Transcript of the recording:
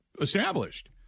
established